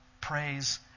praise